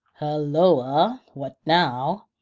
halloa! what now?